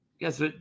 yes